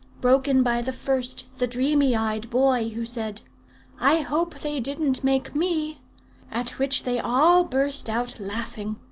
broken by the first, the dreamy-eyed boy, who said i hope they didn't make me at which they all burst out laughing.